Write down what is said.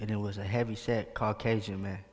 and it was a heavy set caucasian man